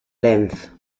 length